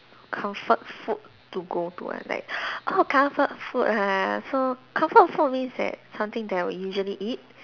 comfort food to go to ah like oh comfort food ah so comfort food means that something that I would usually eat